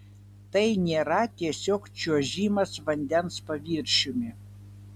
tai nėra tiesiog čiuožimas vandens paviršiumi